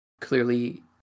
clearly